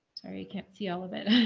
sorry, can't see all of it.